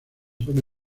pone